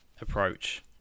approach